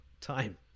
time